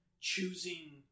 choosing